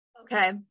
Okay